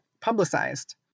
publicized